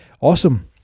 awesome